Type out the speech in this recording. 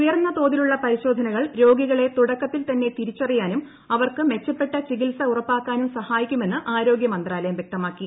ഉയർന്നതോതിലുള്ള പരിശോധനകൾ രോഗികളെ തുടക്കത്തിൽ തന്നെ തിരിച്ചറിയാനും അവർക്ക് മെച്ചപ്പെട്ട ചികിത്സ ഉറപ്പാക്കാനും സഹായിക്കുമെന്ന് ആരോഗ്യമന്ത്രാലയം വ്യക്തമാക്കി